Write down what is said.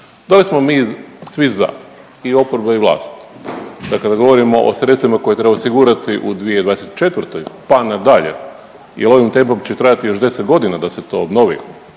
Da li smo mi svi za i oporba i vlast da kada govorimo o sredstvima koje treba osigurati u 2024. pa na dalje jer ovim tempom će trajati još 10 godina da se to obnovi,